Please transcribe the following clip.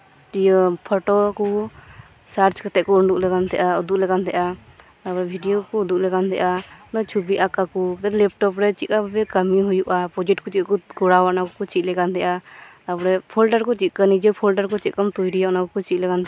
ᱤᱭᱟᱹ ᱯᱷᱚᱴᱚ ᱠᱩ ᱥᱟᱨᱪ ᱠᱟᱛᱮ ᱠᱩ ᱩᱰᱩᱠ ᱟᱞᱮᱠᱟᱱ ᱛᱟᱸᱦᱮᱫ ᱟ ᱵᱷᱤᱰᱤᱭᱚ ᱠᱩ ᱩᱫᱩᱜ ᱟᱞᱮ ᱠᱟᱱ ᱛᱟᱸᱦᱮᱫ ᱟ ᱚᱱᱟ ᱪᱷᱩᱵᱤ ᱟᱠᱟᱠᱩ ᱟᱨ ᱞᱮᱯᱴᱚᱵ ᱨᱮ ᱪᱮᱫᱞᱟᱠᱟ ᱵᱷᱟᱵᱮ ᱠᱟᱹᱢᱤ ᱦᱩᱭᱩᱜ ᱟ ᱯᱚᱡᱮᱠᱴ ᱠᱩ ᱪᱮᱫᱞᱮᱠᱟ ᱠᱩ ᱠᱚᱨᱟᱣ ᱟ ᱚᱱᱟᱠᱩᱠᱩ ᱪᱤᱫ ᱟᱞᱮ ᱠᱟᱱ ᱛᱟᱦᱮᱸᱫ ᱟ ᱛᱟᱯᱚᱨᱮ ᱯᱷᱚᱞᱰᱟᱨ ᱠᱩ ᱪᱮᱫᱞᱮᱠᱟ ᱱᱤᱡᱮ ᱯᱷᱚᱞᱰᱟᱨ ᱠᱩ ᱪᱮᱫᱞᱮᱠᱟᱢ ᱛᱚᱭᱨᱤᱭᱟ ᱚᱱᱟᱠᱩ ᱪᱤᱫ ᱟᱞᱮ ᱠᱟᱱ ᱛᱟᱸᱦᱮᱫ ᱟ